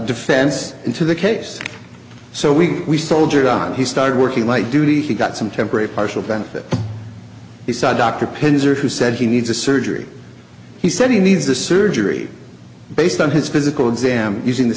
defense into the case so we soldiered on he started working light duty he got some temporary partial benefit he saw a doctor pins or who said he needs a surgery he said he needs the surgery based on his physical exam using the